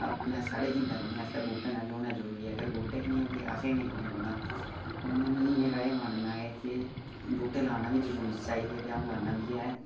साढ़े जिंदा रौह्ने आस्तै बहू्टें दा बी होना जरूरी ऐ अगर बहूटे गै नीं होग ते असें बी कि'यां रौह्ना हून मेरा ऐ मन्नना के बूह्टे लाने बी जरूर चाहिदे अ'ऊं